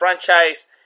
franchise